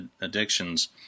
addictions